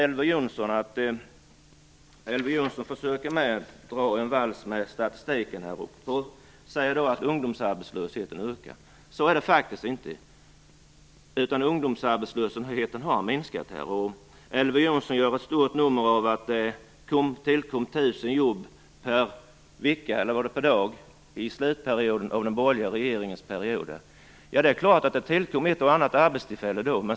Elver Jonsson försöker också dra en vals med statistiken och säger att ungdomsarbetslösheten ökar. Så är det faktiskt inte. Ungdomsarbetslösheten har minskat. Elver Jonsson gör ett stort nummer av att det tillkom tusen jobb per vecka, eller var det per dag, i slutet av den borgerliga regeringens period. Det är klart att det tillkom ett och annat arbetstillfälle då.